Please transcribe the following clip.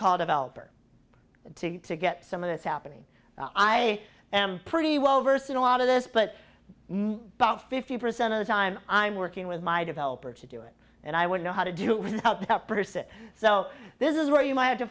call developer to to get some of this happening i am pretty well versed in a lot of this but about fifty percent of the time i'm working with my developer to do it and i would know how to do without that person so this is where you might have to